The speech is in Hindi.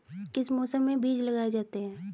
किस मौसम में बीज लगाए जाते हैं?